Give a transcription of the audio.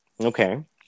Okay